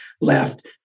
left